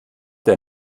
der